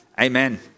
Amen